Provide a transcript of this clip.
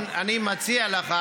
אני אומר לך,